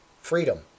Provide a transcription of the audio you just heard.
freedom